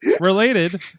Related